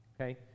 Okay